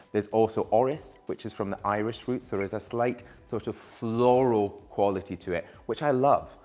there's also orris, which is from the irish roots. there is a slight sort of floral quality to it, which i love.